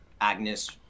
Agnes